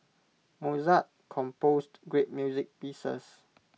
Mozart composed great music pieces